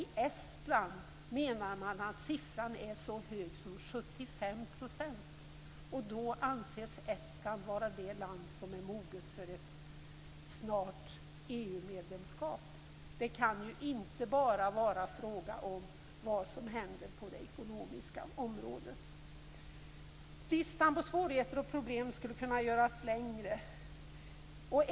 I Estland menar man att det är så mycket som 75 %. Och då anses Estland vara det land som snart är moget för ett EU-medlemskap. Det kan inte bara vara fråga om vad som händer på det ekonomiska området. Listan på svårigheter och problem skulle kunna göras längre.